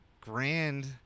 Grand